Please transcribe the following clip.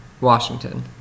Washington